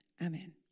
amen